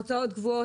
הוצאות קבועות,